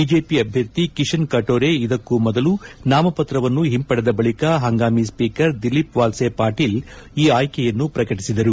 BJP ಅಭ್ಯರ್ಥಿ ಕಿಶನ್ ಕಟ್ಟೋರೆ ಇದಕ್ಕೂ ಮೊದಲು ನಾಮಪತ್ರವನ್ನು ಹಿಂಪಡೆದ ಬಳಿಕ ಹಂಗಾಮಿ ಸ್ವೀಕರ್ ದಿಲೀಪ್ ವಾಲ್ವೆ ಪಾಟೀಲ್ ಈ ಆಯ್ತೆಯನ್ನು ಪ್ರಕಟಿಸಿದರು